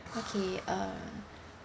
okay um